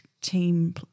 team